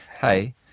hey